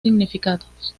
significados